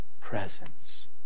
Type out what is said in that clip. presence